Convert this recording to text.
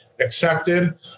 Accepted